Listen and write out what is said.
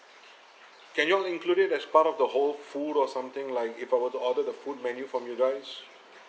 can you all include it as part of the whole food or something like if I were to order the food menu from you guys